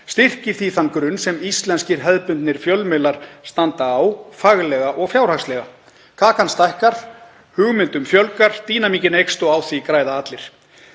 styrkir því þann grunn sem íslenskir hefðbundnir fjölmiðlar standa á faglega og fjárhagslega. Kakan stækkar, hugmyndum fjölgar, dýnamíkin eykst og á því græða allir.